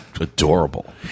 adorable